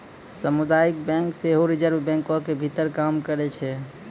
समुदायिक बैंक सेहो रिजर्वे बैंको के भीतर काम करै छै